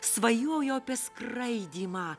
svajojo apie skraidymą